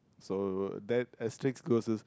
so that asterics goes to